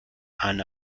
han